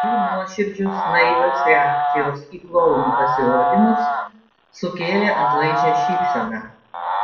jų nuoširdžios naivios reakcijos į klounų pasirodymus sukėlė atlaidžią šypseną